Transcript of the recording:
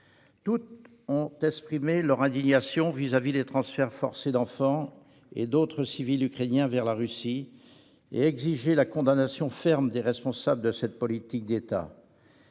ont exprimé leur indignation devant les transferts forcés d'enfants et d'autres civils ukrainiens vers la Russie et exigé la condamnation ferme des responsables de cette politique d'État.